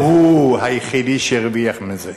הוא היחידי שהרוויח מזה.